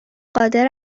قادر